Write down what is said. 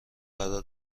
قرار